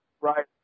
Right